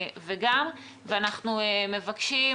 אנחנו רוצים